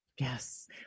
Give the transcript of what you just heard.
Yes